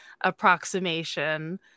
approximation